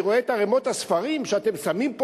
אני רואה את ערימות הספרים שאתם שמים פה,